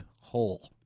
hole